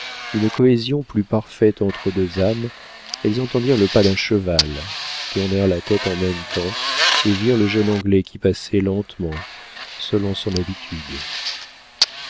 une cohésion plus parfaite entre deux âmes elles entendirent le pas d'un cheval tournèrent la tête en même temps et virent le jeune anglais qui passait lentement selon son habitude